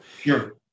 Sure